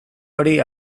hori